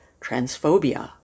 transphobia